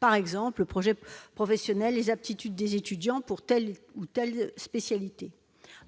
par exemple, le projet professionnel ou encore les aptitudes des étudiants pour telle ou telle spécialité.